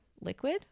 liquid